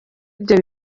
ibyo